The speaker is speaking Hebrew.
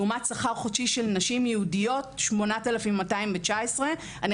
לעומת שכר חודשי של נשים יהודיות 8,219. אני